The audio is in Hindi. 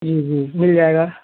जी जी मिल जाएगा